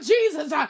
Jesus